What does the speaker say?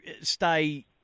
stay